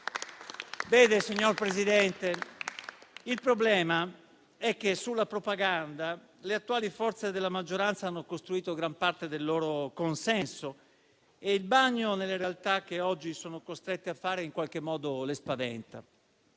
il problema è che sulla propaganda le attuali forze della maggioranza hanno costruito gran parte del loro consenso e il bagno nella realtà che oggi sono costrette a fare in qualche modo le spaventa.